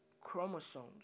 chromosomes